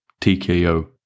TKO